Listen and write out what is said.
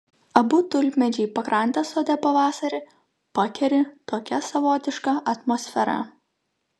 abu tulpmedžiai pakrantės sode pavasarį pakeri tokia savotiška atmosfera